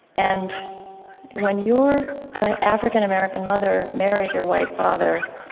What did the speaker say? and when your african-american mother married your white father,